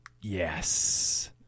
Yes